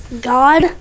god